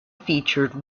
featured